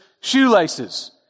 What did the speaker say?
shoelaces